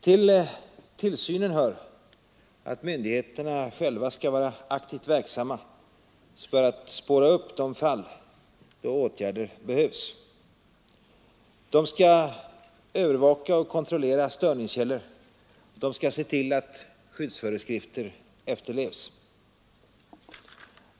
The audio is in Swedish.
Till tillsynen hör att myndigheterna själva skall vara aktivt verksamma för att spåra upp de fall då åtgärder behövs. De skall övervaka och kontrollera störningskällor och de skall se till att skyddsföreskrifter efterlevs.